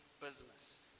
business